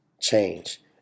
change